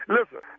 Listen